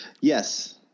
Yes